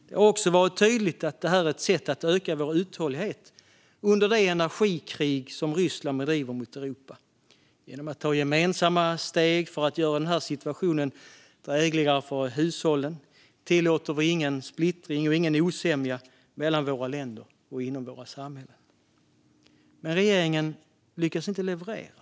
Det har också varit tydligt att det är ett sätt att öka vår uthållighet under det energikrig som Ryssland bedriver mot Europa. Genom att ta gemensamma steg för att göra situationen drägligare för hushållen tillåter vi ingen splittring eller osämja mellan våra länder och inom våra samhällen. Men regeringen lyckas inte leverera.